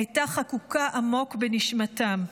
הייתה חקוקה עמוק בנשמתם.